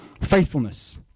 Faithfulness